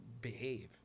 behave